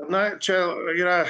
na čia yra